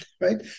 right